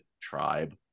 Tribe